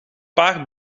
paar